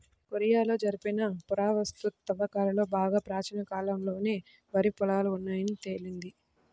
కొరియాలో జరిపిన పురావస్తు త్రవ్వకాలలో బాగా ప్రాచీన కాలంలోనే వరి పొలాలు ఉన్నాయని తేలింది